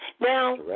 Now